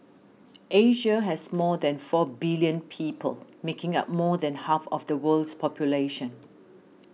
Asia has more than four billion people making up more than half of the world's population